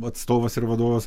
atstovas ir vadovas